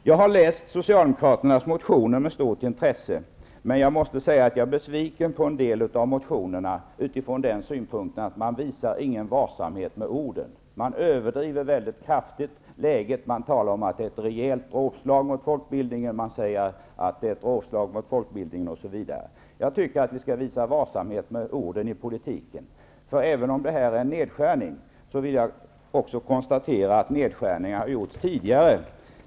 Jag har läst Socialdemokraternas motioner med stort intresse, men jag är besviken på en del av dem, där man inte visar någon varsamhet med orden. Man överdriver mycket kraftigt läget, när man talar om att det nu riktas ett rejält dråpslag mot folkbildningen. Jag tycker att vi skall visa varsamhet med orden i politiken. Även om detta är en nedskärning, har det gjorts nedskärningar tidigare.